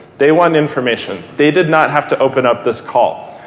they want information. they did not have to open up this call.